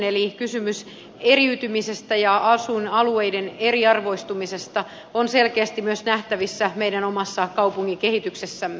eli kysymys eriytymisestä ja asuinalueiden eriarvoistumisesta on selkeästi myös nähtävissä meidän omassa kaupunkikehityksessämme